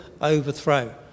overthrow